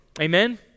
Amen